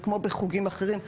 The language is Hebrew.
זה כמו בחוגים אחרים,